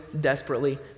desperately